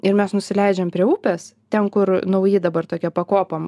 ir mes nusileidžiam prie upės ten kur nauji dabar tokie pakopom